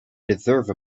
deserve